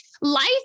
life